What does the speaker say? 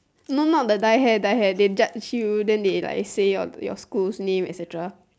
no not the dye hair dye hair they dyed shoe then they like say your school's name and stuff